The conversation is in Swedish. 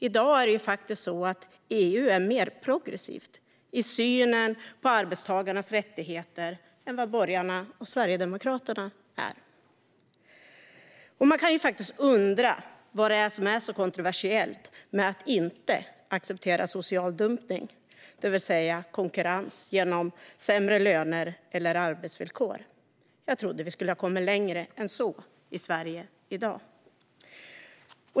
I dag är faktiskt EU mer progressivt i synen på arbetstagarnas rättigheter än borgarna och Sverigedemokraterna är. Man kan undra vad det är som är så kontroversiellt med att inte acceptera social dumpning, det vill säga konkurrens genom sämre löner eller arbetsvillkor. Jag trodde att vi hade kommit längre än så i Sverige i dag.